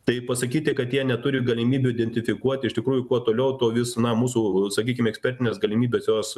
tai pasakyti kad jie neturi galimybių identifikuoti iš tikrųjų kuo toliau tuo vis na mūsų sakykim ekspertinės galimybės jos